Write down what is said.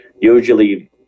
usually